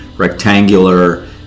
rectangular